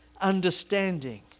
understanding